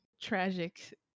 tragic